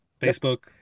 Facebook